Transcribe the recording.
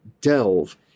delve